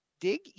dig